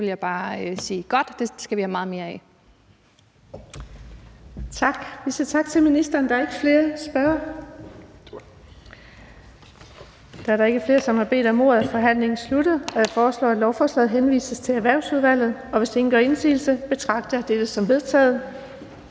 mere af. Kl. 10:02 Den fg. formand (Birgitte Vind): Tak, og vi siger tak til ministeren. Der er ikke flere spørgere. Da der ikke er flere, som har bedt om ordet, er forhandlingen sluttet. Jeg foreslår, at lovforslaget henvises til Erhvervsudvalget. Hvis ingen gør indsigelse, betragter jeg dette som vedtaget.